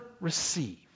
receive